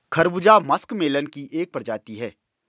खरबूजा मस्कमेलन की एक प्रजाति है